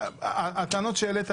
הטענות שהעלית,